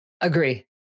Agree